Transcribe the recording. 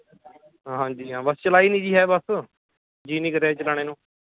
ਹਾਂਜੀ ਹਾਂ ਬਸ ਚਲਾਈ ਨਹੀਂ ਜੀ ਹੈ ਬਸ ਜੀਅ ਨਹੀਂ ਕਰਿਆ ਜੀ ਚਲਾਉਣ ਨੂੰ